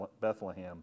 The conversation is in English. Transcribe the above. Bethlehem